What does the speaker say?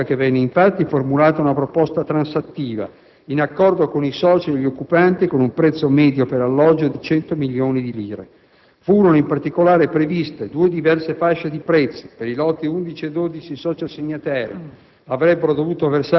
È in tale ottica che venne, infatti, formulata una proposta transattiva, in accordo con i soci e gli occupanti, con un prezzo medio per alloggio di 100 milioni di lire. Furono in particolare previste due diverse fasce di prezzi: per i lotti 11 e 12 i soci assegnatari